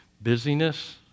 Busyness